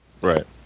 Right